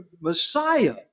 Messiah